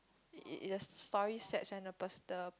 it it the story sets when the pers~ the